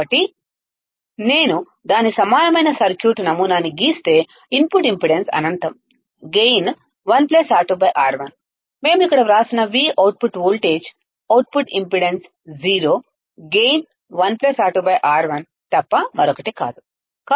కాబట్టి నేను దాని సమానమైన సర్క్యూట్ నమూనాని గీస్తే ఇన్పుట్ ఇంపెడెన్స్ అనంతం గైన్ 1 R2 R1 మేము ఇక్కడ వ్రాసిన v output voltage output impedance 0 gain 1 R2 R1 తప్ప మరొకటి కాదు